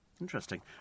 Interesting